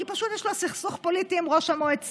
כי פשוט יש לו סכסוך פוליטי עם ראש המועצה.